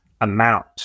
amount